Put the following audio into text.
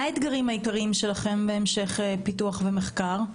מה האתגרים העיקריים שלכם בהמשך פיתוח ומחקר,